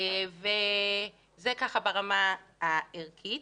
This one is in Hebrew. זה ברמה הערכית.